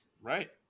right